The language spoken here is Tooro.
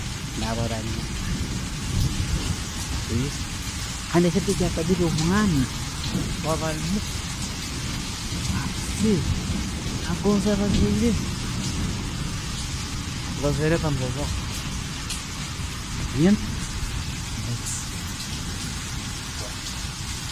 Nahura, kandi ekindi ekyababiiri, omwana, bwa ba muuto, agoonza abazaire be.